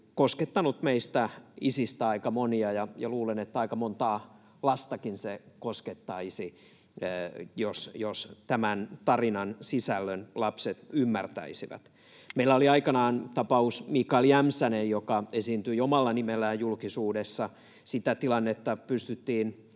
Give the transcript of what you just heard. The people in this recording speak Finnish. koskettanut meistä isistä aika monia, ja luulen, että aika montaa lastakin se koskettaisi, jos tämän tarinan sisällön lapset ymmärtäisivät. Meillä oli aikanaan tapaus Mikael Jämsänen, joka esiintyi omalla nimellään julkisuudessa. Sitä tilannetta pystyttiin